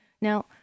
Now